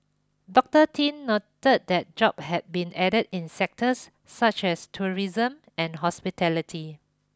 Doctor Tin noted that job had been added in sectors such as tourism and hospitality